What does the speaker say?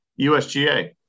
USGA